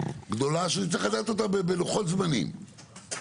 גדולה שצריך לדעת אותה בלוחות זמנים,